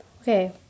Okay